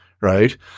right